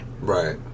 right